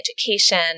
education